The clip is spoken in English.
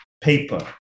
paper